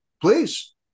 Please